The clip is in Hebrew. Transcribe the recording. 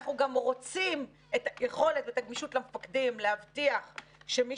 אנחנו גם רוצים את היכולת ואת הגמישות למפקדים להבטיח שמי